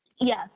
Yes